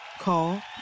Call